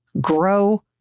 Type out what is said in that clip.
grow